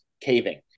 caving